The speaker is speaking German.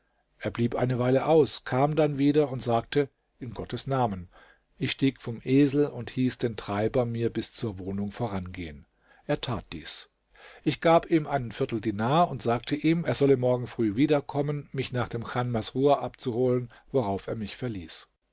er blieb eine weile aus kam dann wieder und sagte in gottes namen ich stieg vom esel und hieß den treiber mir bis zur wohnung vorangehen er tat dies ich gab ihm einen viertel dinar und sagte ihm er solle morgen früh wiederkommen mich nach dem chan masrur abzuholen worauf er mich verließ